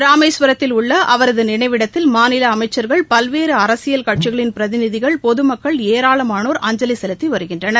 ராமேஸ்வரத்தில் உள்ள அவரது நினைவிடத்தில் மாநில அமைச்சர்கள் பல்வேறு அரசியல் கட்சிகளின் பிரதிநிதிகள் பொதுமக்கள் ஏராளமானோர் அஞ்சலி செலுத்தி வருகின்றனர்